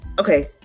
okay